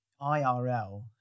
IRL